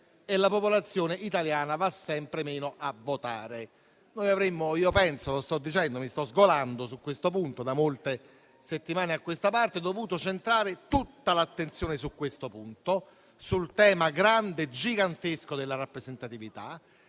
e la popolazione italiana va sempre meno a votare. Io penso - lo sto dicendo e mi sto sgolando su questo punto da molte settimane a questa parte - che avremmo dovuto centrare tutta l'attenzione su questo punto, ossia sul tema grande, gigantesco della rappresentatività.